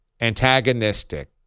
antagonistic